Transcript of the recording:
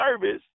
service